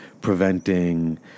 preventing